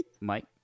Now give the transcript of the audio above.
Mike